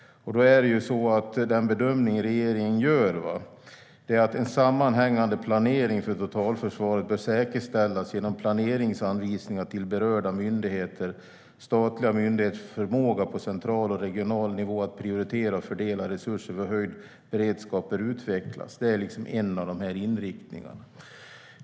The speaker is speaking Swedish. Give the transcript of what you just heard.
Den bedömning som regeringen gör är att en sammanhängande planering för totalförsvaret bör säkerställas genom planeringsanvisningar till berörda myndigheter. Statliga myndigheters förmåga på central och regional nivå att prioritera och fördela resurser vid höjd beredskap bör utvecklas. Det är en av de inriktningarna.